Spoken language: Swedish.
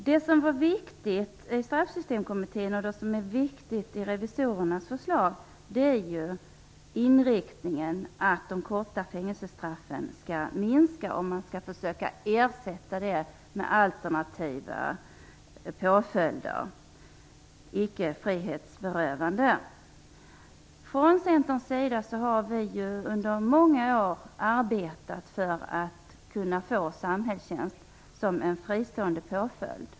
Det viktiga i Straffsystemkommitténs utredning och revisorernas förslag är inriktningen att antalet korta fängelsestraff skall begränsas och att man skall försöka ersätta dem med alternativa påföljder, ickefrihetsberövande. Från Centerns sida har vi under många år arbetat för att kunna få samhällstjänst som en fristående påföljd.